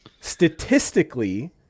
statistically